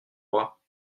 bras